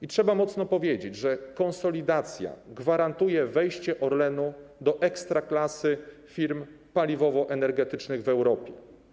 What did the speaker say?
I trzeba mocno powiedzieć, że konsolidacja gwarantuje wejście Orlenu do ekstraklasy firm paliwowo-energetycznych w Europie.